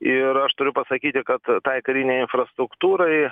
ir aš turiu pasakyti kad tai karinei infrastruktūrai